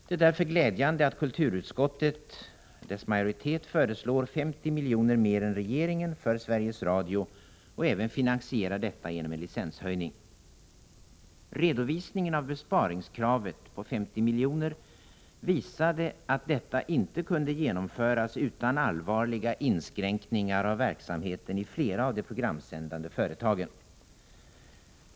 Det är därför glädjande att kulturutskottets majoritet föreslår 50 miljoner mer än regeringen för Sveriges Radio och även finansierar detta genom en licenshöjning. Redovisningen av besparingskravet på 50 miljoner visade att detta inte kunde genomföras utan allvarliga inskränkningar av verksamheten i flera av de programsändande företagen.